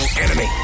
enemy